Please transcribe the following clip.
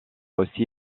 aussi